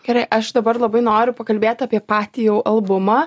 gerai aš dabar labai noriu pakalbėt apie patį jau albumą